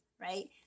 right